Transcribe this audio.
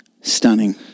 Stunning